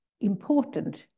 important